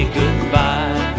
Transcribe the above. goodbye